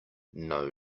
know